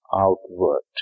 outward